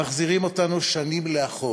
מחזירים אותנו שנים לאחור.